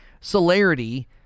celerity